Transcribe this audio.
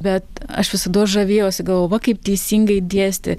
bet aš visados žavėjausi galvojau va kaip teisingai dėstė